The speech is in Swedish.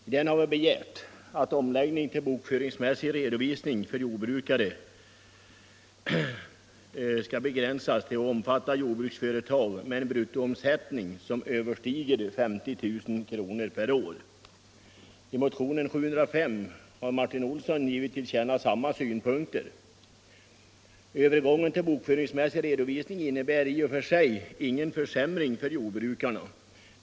I den har vi begärt att omläggningen till bokföringsmässig redovisning för jordbrukare skall begränsas till att omfatta jordbruksföretag med en bruttoomsättning som överstiger 50 000 kr. per år. I motionen 705 har Martin Olsson givit till känna samma synpunkter. Övergången till bokföringsmässig redovisning innebär i och för sig ingen försämring för jordbrukarna.